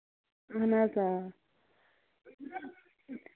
اَہَن حظ آ